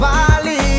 Valley